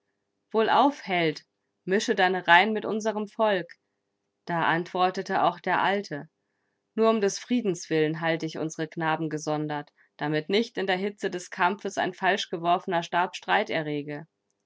wohlauf held mische deine reihen mit unserem volk da antwortete auch der alte nur um des friedens willen halte ich unsere knaben gesondert damit nicht in der hitze des kampfes ein falsch geworfener stab streit errege